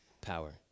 power